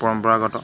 পৰম্পৰাগত